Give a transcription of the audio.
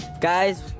guys